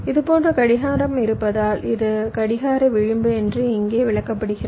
இது போன்ற கடிகாரம் இருப்பதால் இது கடிகார விளிம்பு என்று இங்கே விளக்கப்பட்டுள்ளது